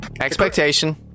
Expectation